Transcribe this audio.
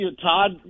Todd